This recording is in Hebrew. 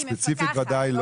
היא מפקחת.